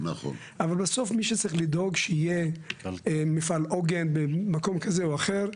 אבל בסוף מי שצריך לדאוג שיהיה מפעל עוגן במקום כזה או אחר,